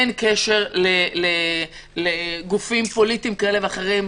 אין קשר לגופים פוליטיים כאלה ואחרים.